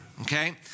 okay